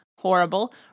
Horrible